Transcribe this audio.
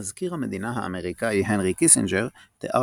מזכיר המדינה האמריקאי הנרי קיסינג'ר תיאר